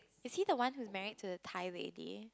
is he the one who's married to the Thai lady